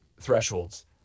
thresholds